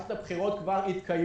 שמערכת הבחירות כבר התקיימה.